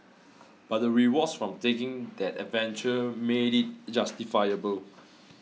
but the rewards from taking that adventure made it justifiable